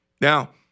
Now